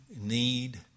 need